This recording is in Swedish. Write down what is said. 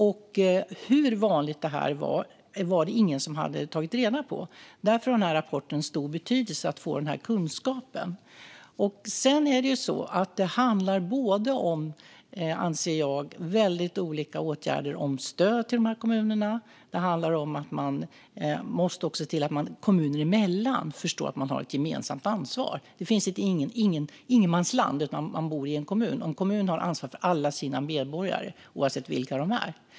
Ingen hade tagit reda på hur vanligt det här var. Därför har rapporten stor betydelse för att vi ska få kunskap om detta. Jag anser att det både handlar om olika åtgärder om stöd till de här kommunerna och om att se till att man kommuner emellan förstår att man har ett gemensamt ansvar. Det finns inget ingenmansland, utan man bor i en kommun. Och en kommun har ansvar för alla sina medborgare oavsett vilka de är.